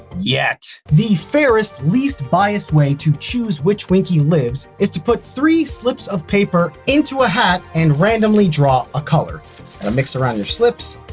yet. the fairest, least-biased way to choose which winkey lives is to put three slips of paper into a hat and randomly draw a color. i'll mix around the slips,